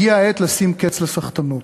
הגיעה העת לשים קץ לסחטנות.